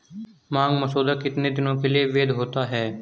मांग मसौदा कितने दिनों के लिए वैध होता है?